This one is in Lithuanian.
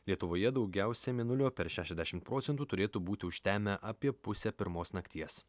lietuvoje daugiausia mėnulio per šešiasdešim procentų turėtų būti užtemę apie pusę pirmos nakties